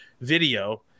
video